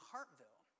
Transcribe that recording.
Hartville